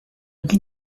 can